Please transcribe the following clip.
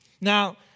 Now